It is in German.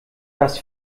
das